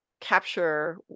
capture